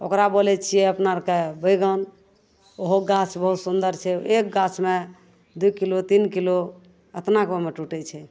ओकरा बोलै छिए अपना आओरके बैगन ओहो गाछ बहुत सुन्दर छै एक गाछमे दुइ किलो तीन किलो एतनागोमे टुटै छै